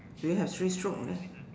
do you have three stroke there